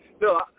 No